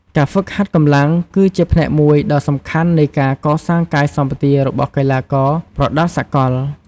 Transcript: ការហ្វឹកហាត់កម្លាំងគឺជាផ្នែកមួយដ៏សំខាន់នៃការកសាងកាយសម្បទារបស់កីឡាករប្រដាល់សកល។